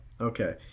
Okay